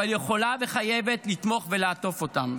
אבל היא יכולה וחייבת לתמוך ולעטוף אותם.